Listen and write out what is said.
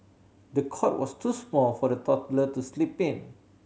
the cot was too small for the toddler to sleep in